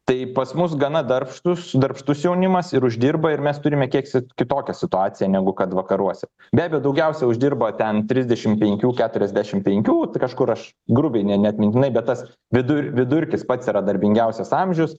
tai pas mus gana darbštūs darbštus jaunimas ir uždirba ir mes turime kiek si kitokią situaciją negu kad vakaruose be abejo daugiausia uždirba ten trisdešim penkių keturiasdešim penkių tai kažkur aš grubiai ne ne atmintinai bet tas vidur vidurkis pats yra darbingiausias amžius